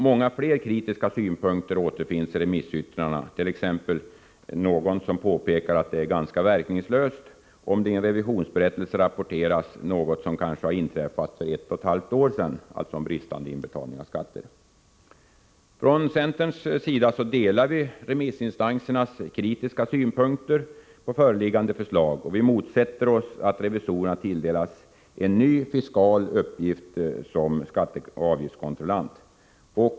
Många fler kritiska synpunkter återfinns i remissyttrandena, t.ex. att det är ganska verkningslöst om det i en revisionsberättelse rapporteras något som kanske har inträffat för ett och ett halvt år sedan och som gäller bristande inbetalning av skatter. Från centerns sida delar vi remissinstansernas kritiska synpunkter på föreliggande förslag och motsätter oss att revisorerna tilldelas en ny, fiskal uppgift som skatteoch avgiftskontrollanter.